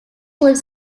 lives